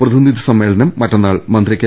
പ്രതിനിധി സമ്മേളനം മറ്റന്നാൾ മന്ത്രി കെ